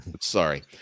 Sorry